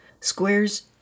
squares